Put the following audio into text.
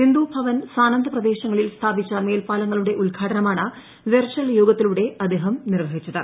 സിന്ധു ഭവൻ സാനന്ദ് പ്രദേശങ്ങളിൽ സ്ഥാപിച്ച മേൽപ്പാലങ്ങളുടെ ഉദ്ഘാടനമാണ് വ്ടിർച്ചൽ യോഗത്തിലൂടെ അദ്ദേഹം നിർവഹിക്കുന്നത്